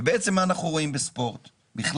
זה בעצם מה אנחנו רואים בספורט בכלל,